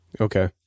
Okay